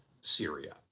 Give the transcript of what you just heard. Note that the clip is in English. Syria